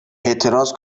اعتراض